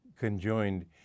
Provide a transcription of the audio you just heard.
conjoined